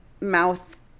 mouth